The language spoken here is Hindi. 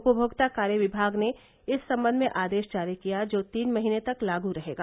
उपभोक्ता कार्य विभाग ने इस संबंध में आदेश जारी किया जो तीन महीने तक लागू रहेगा